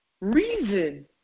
reason